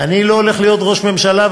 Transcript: אני לא הולך להיות ראש ממשלה,